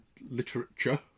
Literature